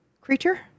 Creature